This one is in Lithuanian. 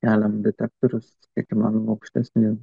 keliam detektorius kiek įmanoma aukštesnį